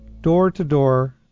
door-to-door